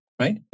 right